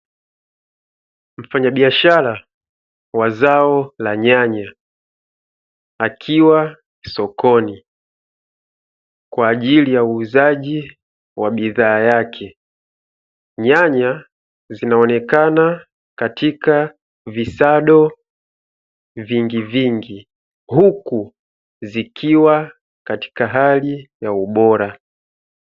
Mfanyabiashara wa zao la nyanya, akiwa sokoni kwa ajili ya uuzaji wa bidhaa yake, nyanya zinaonekana katika visado vingivingi huku zikiwa katika hali ya ubora.